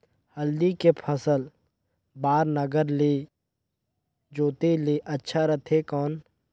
हल्दी के फसल बार नागर ले जोते ले अच्छा रथे कौन?